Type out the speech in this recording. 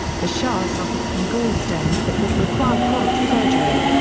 the shah suffered from gallstones that would require prompt surgery.